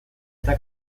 eta